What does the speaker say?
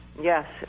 Yes